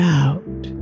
out